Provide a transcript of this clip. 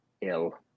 ill